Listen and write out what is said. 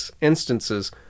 instances